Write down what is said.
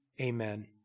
Amen